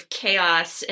chaos